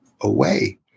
away